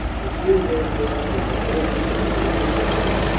as soon, therefore, as the presents had been handed over,